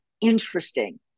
Interesting